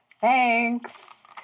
Thanks